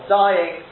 dying